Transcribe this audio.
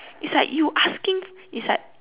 is like you asking is like